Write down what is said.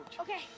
Okay